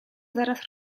zaraz